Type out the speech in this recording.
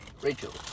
Rachel